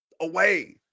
away